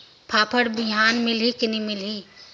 फाफण बिहान मिलही की नी मिलही?